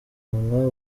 munwa